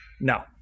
no